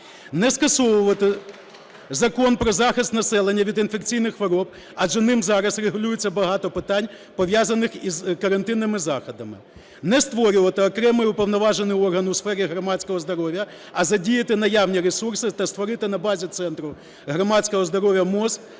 Не скасовувати Закон "Про захист населення від інфекційних хвороб", адже ним зараз регулюється багато питань пов'язаних із карантинними заходами. Не створювати окремий уповноважений орган у сфері громадського здоров'я, а задіяти наявні ресурси та створити на базі Центру громадського здоров'я МОЗ